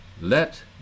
let